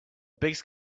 biggest